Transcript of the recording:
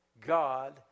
God